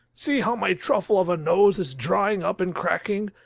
see how my truffle of a nose is drying up and cracking,